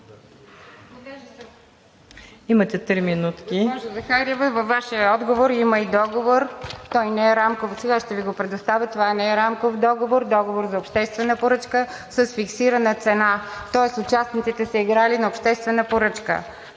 Имате три минутки.